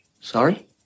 Sorry